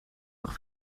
nog